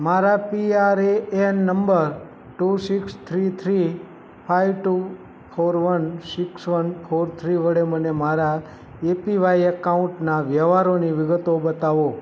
મારા P R A N number two six three three five two four one six one four three વડે મને મારા A P Y એકાઉન્ટના વ્યવહારોની વિગતો બતાવો